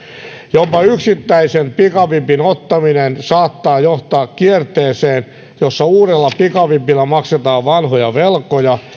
jopa yksittäisen pikavipin ottaminen saattaa johtaa kierteeseen jossa uudella pikavipillä maksetaan vanhoja velkoja ja